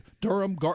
Durham